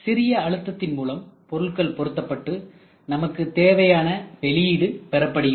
சிறிய அழுத்தத்தின் மூலம் பொருள்கள் பொருத்தப்பட்டு நமக்கு தேவையான வெளியீடு பெறப்படுகிறது